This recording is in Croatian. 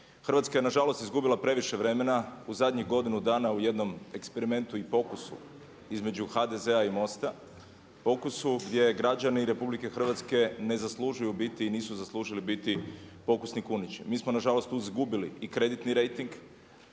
Hrvatska je nažalost izgubila previše vremena u zadnjih godinu dana u jednom eksperimentu i pokusu između HDZ-a i MOST-a, pokusu gdje građani RH ne zaslužuju biti i nisu zaslužili biti pokusni kunići. Mi smo nažalost tu izgubili i kreditni rejting,